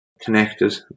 connected